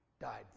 died